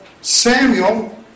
Samuel